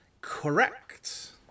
Correct